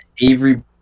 Avery